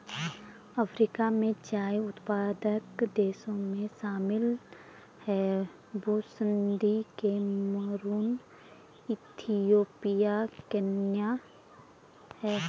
Africa में चाय उत्पादक देशों में शामिल हैं बुसन्दी कैमरून इथियोपिया केन्या है